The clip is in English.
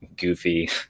goofy